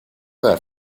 that